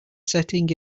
setting